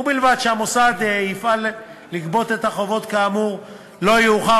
ובלבד שהמוסד יפעל לגבות את החובות כאמור לא יאוחר